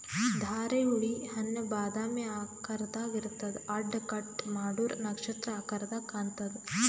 ಧಾರೆಹುಳಿ ಹಣ್ಣ್ ಬಾದಾಮಿ ಆಕಾರ್ದಾಗ್ ಇರ್ತದ್ ಅಡ್ಡ ಕಟ್ ಮಾಡೂರ್ ನಕ್ಷತ್ರ ಆಕರದಾಗ್ ಕಾಣತದ್